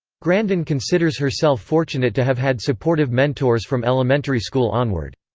grandin considers herself fortunate to have had supportive mentors from elementary school onward.